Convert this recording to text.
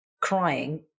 crying